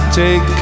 take